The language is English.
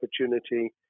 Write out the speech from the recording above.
opportunity